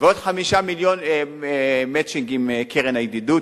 ועוד 5 מיליון "מצ'ינג" עם קרן הידידות,